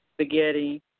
spaghetti